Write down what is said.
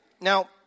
Now